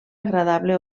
agradable